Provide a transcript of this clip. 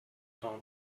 tom